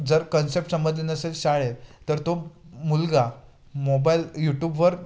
जर कन्सेप्ट समजले नसेल शाळेत तर तो मुलगा मोबाईल यूट्यूबवर